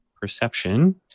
Perception